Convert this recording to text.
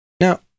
Now